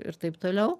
ir taip toliau